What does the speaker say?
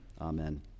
Amen